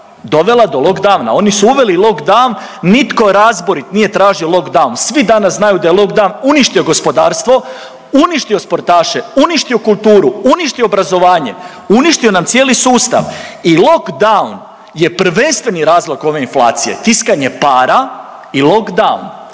dovela do lockdowna. Oni su uveli lockdown, nitko razborit nije tražio lockdown. Svi danas znaju da je lockdown uništio gospodarstvo, uništio sportaše, uništio kulturu, uništio obrazovanje, uništio nam cijeli sustav i lockdown je prvenstveni razlog ove inflacije, tiskanje para i lockdown,